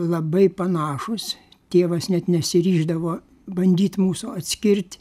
labai panašūs tėvas net nesiryždavo bandyt mūsų atskirt